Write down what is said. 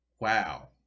wow